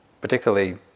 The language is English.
particularly